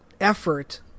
effort